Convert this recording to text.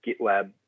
GitLab